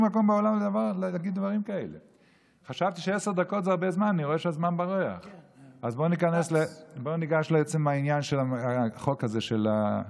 דבר, אני אתן כסף לאימהות רק אם שני בני הזוג